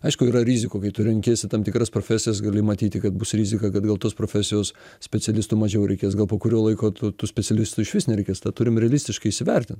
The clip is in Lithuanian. aišku yra rizikų kai tu renkiesi tam tikras profesijas gali matyti kad bus rizika kad gal tos profesijos specialistų mažiau reikės gal po kurio laiko tu tų specialistų išvis nereikės tą turim realistiškai įsivertint